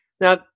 Now